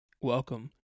welcome